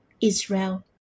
Israel